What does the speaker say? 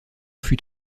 fut